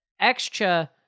Extra